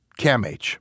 CAMH